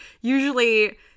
usually